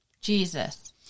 Jesus